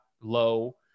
low